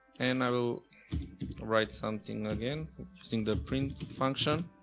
and i will write something again using the print function